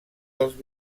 dels